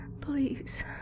Please